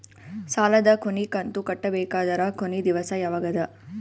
ಸಾಲದ ಕೊನಿ ಕಂತು ಕಟ್ಟಬೇಕಾದರ ಕೊನಿ ದಿವಸ ಯಾವಗದ?